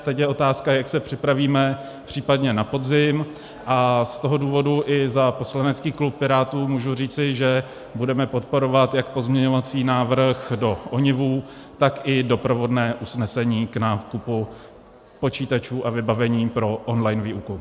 Teď je otázka, jak se připravíme případně na podzim, a z toho důvodu i za poslanecký klub Pirátů můžu říci, že budeme podporovat jak pozměňovací návrh do ONIV, tak i doprovodné usnesení k nákupu počítačů a vybavení pro online výuku.